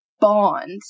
bond